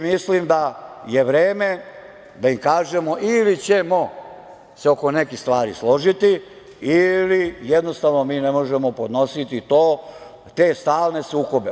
Mislim da je vreme da im kažemo – ili ćemo se oko nekih stvari složiti ili jednostavno mi ne možemo podnositi to, te stalne sukobe.